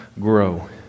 grow